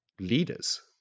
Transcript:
leaders